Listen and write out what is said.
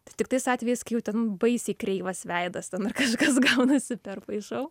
tik tais atvejais kai jau ten baisiai kreivas veidas ten ar kažkas gaunasi perpaišau